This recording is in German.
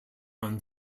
man